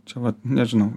čia vat nežinau